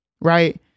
Right